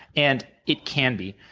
and it can be,